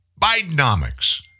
Bidenomics